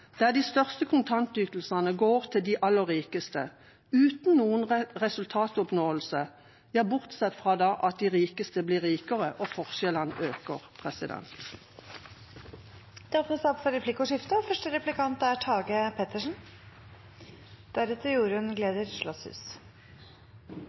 der de største kontantytelsene går til de aller rikeste, uten noen resultatoppnåelse – ja, bortsett fra at de rikeste blir rikere og forskjellene øker. Det blir replikkordskifte. Arbeiderpartiets svar på utfordringene i barnevernet er